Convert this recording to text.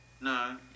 No